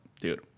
dude